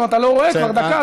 מה הבעיה?